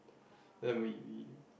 then we we like